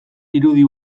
irudi